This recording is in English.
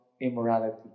immorality